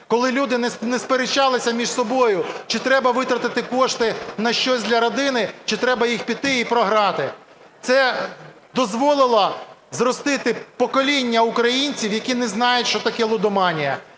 коли люди не сперечалися між собою, чи треба витратити кошти на щось для родини, чи треба їх піти і програти. Це дозволило зростити покоління українців, які не знають, що таке лудоманія.